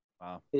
Wow